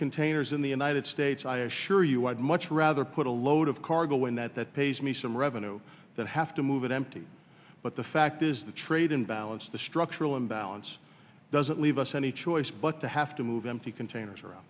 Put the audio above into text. containers in the united states i assure you i'd much rather put a load of cargo in that that pays me some revenue that have to move it empty but the fact is the trade imbalance the structural imbalance doesn't leave us any choice but to have to move empty containers